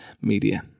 media